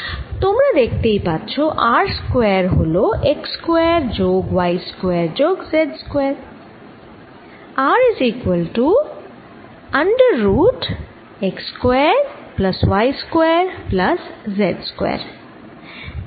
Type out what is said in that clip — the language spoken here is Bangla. তোমরা দেখতেই পাচ্ছ r স্কয়ার হল x স্কয়ার যোগ y স্কয়ার যোগ z স্কয়ার